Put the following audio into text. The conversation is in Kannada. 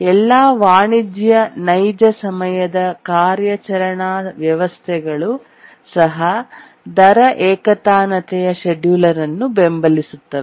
ಎಲ್ಲಾ ವಾಣಿಜ್ಯ ನೈಜ ಸಮಯದ ಕಾರ್ಯಾಚರಣಾ ವ್ಯವಸ್ಥೆಗಳು ಸಹ ದರ ಏಕತಾನತೆಯ ಷೆಡ್ಯೂಲರ್ ಅನ್ನು ಬೆಂಬಲಿಸುತ್ತವೆ